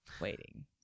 waiting